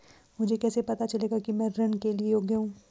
मुझे कैसे पता चलेगा कि मैं ऋण के लिए योग्य हूँ?